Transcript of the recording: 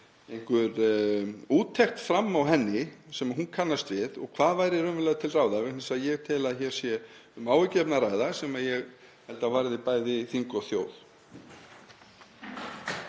einhver úttekt farið fram á henni sem hún kannast við og hvað er raunverulega til ráða? Vegna þess að ég tel að hér sé um áhyggjuefni að ræða sem ég held að varði bæði þing og þjóð.